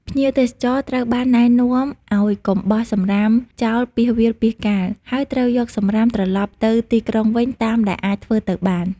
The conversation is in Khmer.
ភ្ញៀវទេសចរត្រូវបានណែនាំឱ្យកុំបោះ សំរាម ចោលពាសវាលពាសកាល ហើយត្រូវយកសំរាមត្រលប់ទៅទីក្រុងវិញតាមដែលអាចធ្វើទៅបាន។